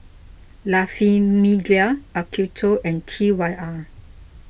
La Famiglia Acuto and T Y R